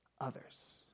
others